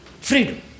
freedom